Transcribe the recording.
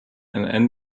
and